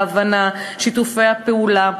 ההבנה ושיתוף הפעולה,